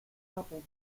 couple